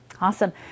Awesome